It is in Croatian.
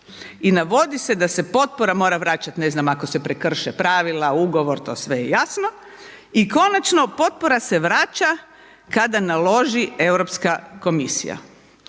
I navodi se da se potpora mora vraćati, ne znam, ako se prekrše pravila, ugovor, to sve je jasno i konačno, potpora se vraća kada naloži Europska komisija.